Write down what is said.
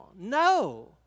No